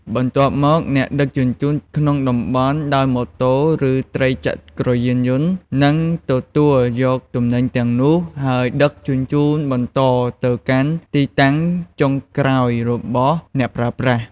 បន្ទាប់មក អ្នកដឹកជញ្ជូនក្នុងតំបន់ដោយម៉ូតូឬត្រីចក្រយានយន្តនឹងទទួលយកទំនិញទាំងនោះហើយដឹកជញ្ជូនបន្តទៅកាន់ទីតាំងចុងក្រោយរបស់អ្នកប្រើប្រាស់។